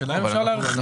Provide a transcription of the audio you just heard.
השאלה אם אפשר להרחיב.